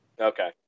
Okay